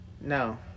No